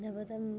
ଦେବତା